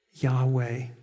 Yahweh